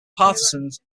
partisans